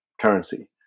currency